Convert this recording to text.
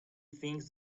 things